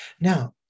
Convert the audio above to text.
Now